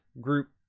group